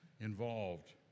involved